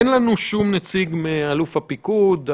אין לנו שום נציג מאלוף הפיקוד?